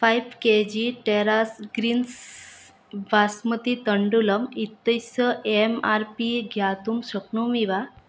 five K G Terra's Greens basmati तण्डुलम् इत्यस्य M R P ज्ञातुं शक्नोमि वा